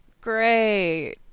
Great